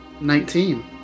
Nineteen